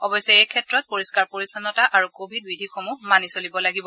অৱশ্যে এই ক্ষেত্ৰত পৰিষ্ণাৰ পৰিচ্ছন্নতা আৰু কোৱিড বিধিসমূহ মানি চলিব লাগিব